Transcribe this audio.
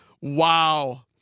Wow